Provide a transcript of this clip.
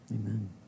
Amen